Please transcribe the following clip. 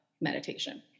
meditation